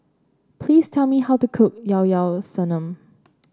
please tell me how to cook Llao Llao Sanum